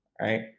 right